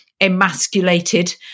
emasculated